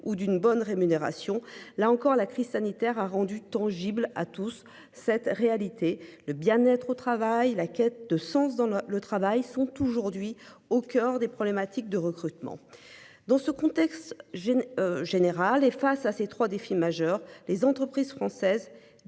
ou d'une bonne rémunération là encore à la crise sanitaire a rendu tangible à tous. Cette réalité, le bien-être au travail. La quête de sens dans le travail sont aujourd'hui au coeur des problématiques de recrutement dans ce contexte j'ai générale et face à ces 3 défis majeurs. Les entreprises françaises